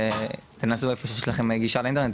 תנסו איפה שיש לכם גישה לאינטרנט,